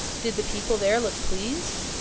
did the people there look pleased?